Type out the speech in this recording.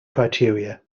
criteria